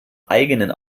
eigenen